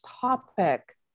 topic